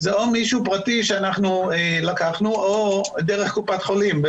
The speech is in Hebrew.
זה או מישהו פרטי שאנחנו לקחנו או דרך קופת חולים,